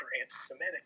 anti-Semitic